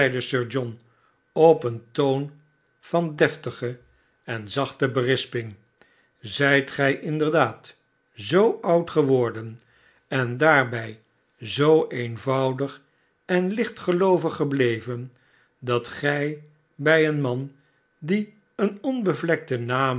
op een toon van deftige en zachte berisping zijt gij inderdaad zoo oud geworden en daarbij zoo eenvoudig en lichtgeloovig gebleven dat gij bij een man die een onbevlekten naam